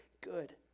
good